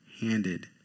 handed